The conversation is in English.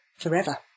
forever